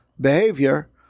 behavior